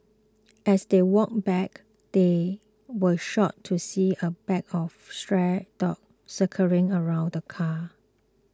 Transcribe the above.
as they walked back they were shocked to see a pack of stray dogs circling around the car